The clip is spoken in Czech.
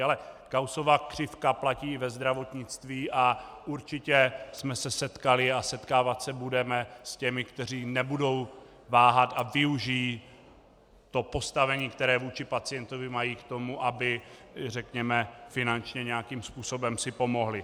Ale Gaussova křivka platí i ve zdravotnictví a určitě jsme se setkali a setkávat se budeme s těmi, kteří nebudou váhat a využijí postavení, které vůči pacientovi mají, k tomu, aby řekněme finančně nějakým způsobem si pomohli.